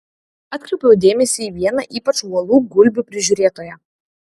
atkreipiau dėmesį į vieną ypač uolų gulbių prižiūrėtoją